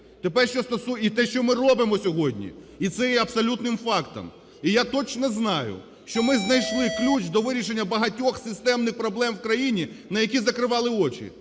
Тепер що… І те, що ми робимо сьогодні, і це є абсолютним фактом. І я точно знаю, що ми знайшли ключ до вирішення багатьох системних проблем в країні, на які закривали очі.